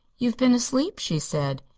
you've been asleep, she said.